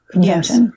yes